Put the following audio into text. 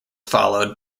followed